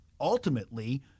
ultimately